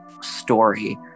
story